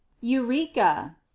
eureka